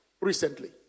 recently